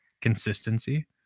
consistency